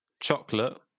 chocolate